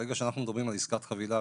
ברגע שאנחנו מדברים על עסקת חבילה,